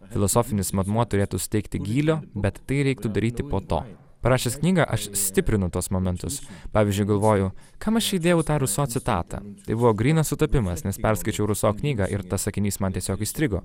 filosofinis matmuo turėtų suteikti gylio bet tai reiktų daryti po to parašęs knygą aš stiprinu tuos momentus pavyzdžiui galvoju kam aš įdėjau tą ruso citatą tai buvo grynas sutapimas nes perskaičiau ruso knygą ir tas sakinys man tiesiog įstrigo